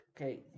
okay